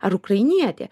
ar ukrainietė